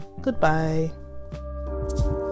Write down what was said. Goodbye